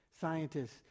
Scientists